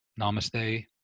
Namaste